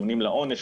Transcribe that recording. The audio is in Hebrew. טיעונים לעונש,